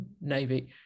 navy